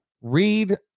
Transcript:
read